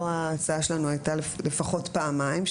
ההצעה שלנו הייתה לפחות פעמיים,